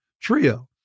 Trio